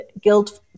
guilt